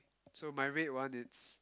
so my red one is